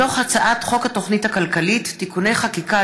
מהצעת חוק התוכנית הכלכלית (תיקוני חקיקה